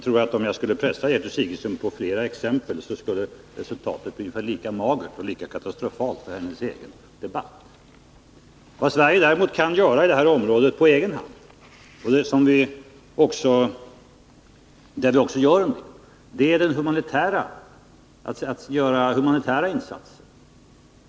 Om jag skulle pressa Gertrud Sigurdsen på flera exempel, skulle resultatet bli ungefär lika magert och katastrofalt för hennes egen debatt. Vad Sverige däremot kan göra i detta område på egen hand, vilket vi också gör, är att bidra med humanitära insatser.